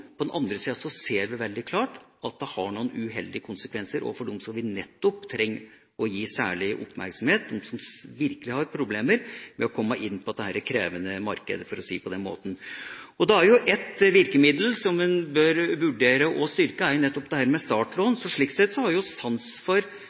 på den andre sida ser vi veldig klart at det har noen uheldige konsekvenser også for dem vi nettopp trenger å gi særlig oppmerksomhet, de som virkelig har problemer med å komme inn på dette krevende markedet. Da er det et virkemiddel en bør vurdere å styrke, og det er startlån. Slik sett har jeg sans for bakgrunnen for det Venstre gjør, å gjøre det